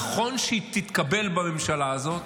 נכון שהיא תתקבל בממשלה הזאת,